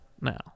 now